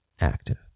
active